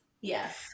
Yes